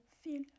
feel